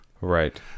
Right